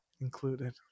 included